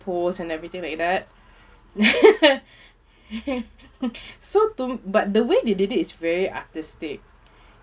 pose and everything like that so to m~ but the way they did it is very artistic